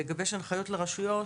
לגבש הנחיות לרשויות